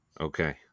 Okay